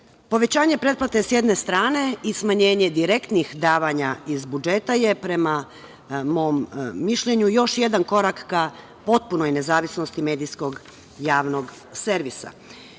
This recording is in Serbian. obveznika. Povećanje pretplate, sa jedne strane, i smanjenje direktnih davanja iz budžeta je prema mom mišljenju još jedan korak ka potpunoj nezavisnosti medijskog javnog servisa. Nikad